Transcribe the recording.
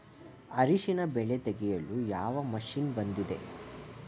ಅರಿಶಿನ ಬೆಳೆ ತೆಗೆಯಲು ಯಾವ ಮಷೀನ್ ಬಂದಿದೆ?